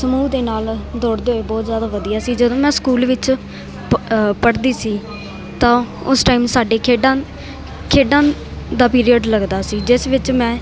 ਸਮੂਹ ਦੇ ਨਾਲ ਦੌੜਦੇ ਹੋਏ ਬਹੁਤ ਜ਼ਿਆਦਾ ਵਧੀਆ ਸੀ ਜਦੋਂ ਮੈਂ ਸਕੂਲ ਵਿੱਚ ਪ ਪੜ੍ਹਦੀ ਸੀ ਤਾਂ ਉਸ ਟਾਈਮ ਸਾਡੇ ਖੇਡਾਂ ਖੇਡਾਂ ਦਾ ਪੀਰੀਅਡ ਲੱਗਦਾ ਸੀ ਜਿਸ ਵਿੱਚ ਮੈਂ